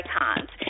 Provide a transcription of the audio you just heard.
icons